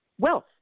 wealth